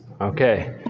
Okay